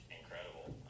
incredible